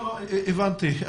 הבנתי.